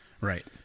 Right